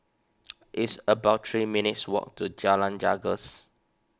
it's about three minutes' walk to Jalan Janggus